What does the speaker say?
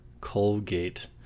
Colgate